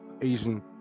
Asian